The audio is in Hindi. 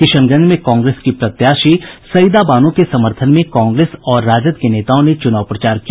किशनगंज में कांग्रेस की प्रत्याशी सईदा बानो के समर्थन में कांग्रेस और राजद के नेताओं ने चुनाव प्रचार किया